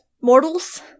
mortals